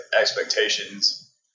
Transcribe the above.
expectations